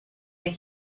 the